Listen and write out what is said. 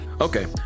Okay